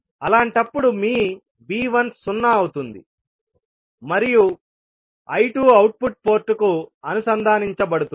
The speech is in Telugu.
అలాంటప్పుడు మీ V1సున్నా అవుతుంది మరియు I2 అవుట్పుట్ పోర్టుకు అనుసంధానించబడుతుంది